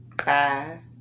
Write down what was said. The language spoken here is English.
five